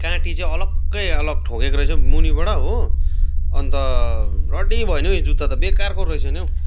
काँटी चाहिँ अलग्गै अलग ठोकेको रहेछ मुनिबाट हो अन्त रड्डी भयो नि हौ यो जुत्ता त बेकारको रहेछ नि हौ